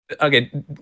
Okay